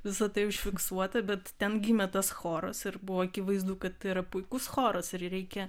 visa tai užfiksuota bet ten gimė tas choras ir buvo akivaizdu kad tai yra puikus choras ir reikia